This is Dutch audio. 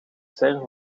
sterven